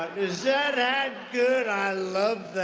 is that hat good? i love